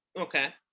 Okay